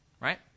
Right